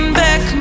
back